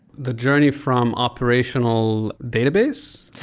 the journey from operational database?